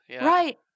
Right